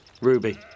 Ruby